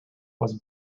was